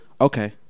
okay